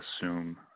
assume